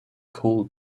called